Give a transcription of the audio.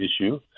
issue